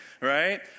right